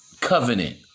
covenant